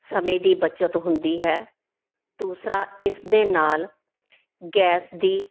ਸਮੇਂ ਦੀ ਬੱਚਤ ਹੁੰਦੀ ਹੈ ਦੂਸਰਾ ਇਸਦੇ ਨਾਲ਼ ਗੈਸ ਦੀ